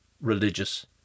religious